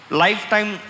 lifetime